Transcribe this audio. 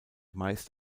meist